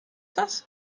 das